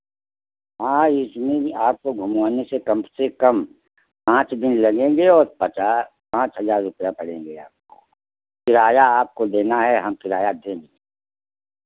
हाँ इसमें भी आपको घुमवाने से कम से कम पाँच दिन लगेंगे और पचास पाँच हज़ार रुपैया पड़ेंगे आपको किराया आपको देना है हाँ किराया देंगे